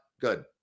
good